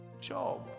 job